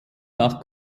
nach